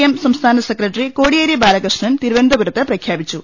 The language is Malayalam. എം സംസ്ഥാന സെക്രട്ടറി കോട്ടിയേരി ബാല കൃഷ്ണൻ തിരുവനന്തപുരത്ത് പ്രഖ്യാപിച്ചു